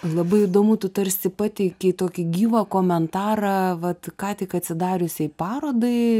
labai įdomu tu tarsi pateikei tokį gyvą komentarą vat ką tik atsidariusiai parodai